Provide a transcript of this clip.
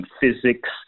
physics